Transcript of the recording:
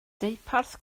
deuparth